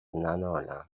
ننالم